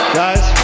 guys